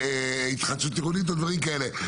התחדשות עירונית או דברים כאלה.